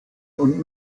und